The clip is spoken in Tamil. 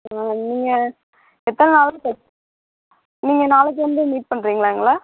ஆ நீங்கள் எத்தனை நாளில் தச்சு நீங்கள் நாளைக்கி வந்து மீட் பண்ணுறீங்களா எங்களை